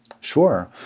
Sure